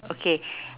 okay